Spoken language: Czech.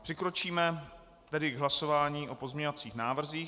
Přikročíme k hlasování o pozměňovacích návrzích.